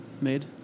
made